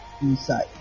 Inside